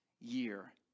year